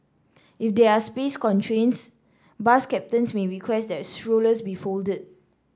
if there are space constraints bus captains may request that strollers be folded